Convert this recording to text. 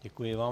Děkuji vám.